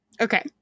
okay